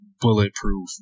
bulletproof